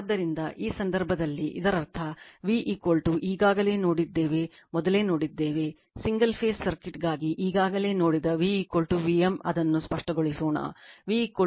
ಆದ್ದರಿಂದ ಈ ಸಂದರ್ಭದಲ್ಲಿ ಇದರರ್ಥ v ಈಗಾಗಲೇ ನೋಡಿದ್ದೇವೆ ಮೊದಲೇ ನೋಡಿದ್ದೇವೆ ಸಿಂಗಲ್ ಫೇಸ್ ಸರ್ಕ್ಯೂಟ್ಗಾಗಿ ಈಗಾಗಲೇ ನೋಡಿದ v v m ಅದನ್ನು ಸ್ಪಷ್ಟಗೊಳಿಸೋಣ v v m sin t